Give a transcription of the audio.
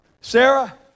Sarah